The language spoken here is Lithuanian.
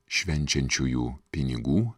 švenčiančiųjų pinigų